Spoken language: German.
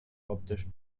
optisch